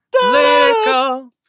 political